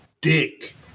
dick